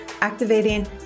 activating